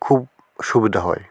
খুব সুবিধা হয়